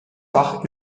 fach